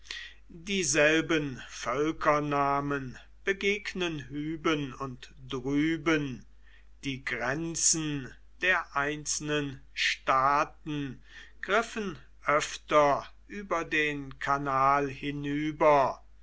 dieselben völkernamen begegnen hüben und drüben die grenzen der einzelnen staaten griffen öfter über den kanal hinüber